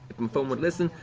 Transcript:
um phone would listen,